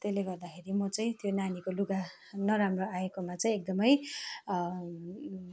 त्यसले गर्दाखेरि म चाहिँ त्यो नानीको लुगा नराम्रो आएकोमा चाहिँ एकदमै